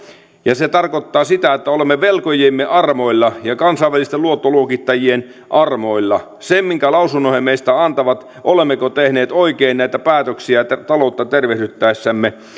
ja se tarkoittaa sitä että olemme velkojiemme armoilla ja kansainvälisten luottoluokittajien armoilla se minkä lausunnon he meistä antavat olemmeko tehneet oikein näitä päätöksiä taloutta tervehdyttäessämme